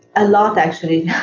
i love actually,